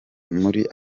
muri